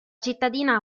cittadina